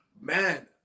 man